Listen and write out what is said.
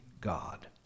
God